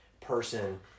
person